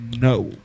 no